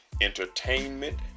entertainment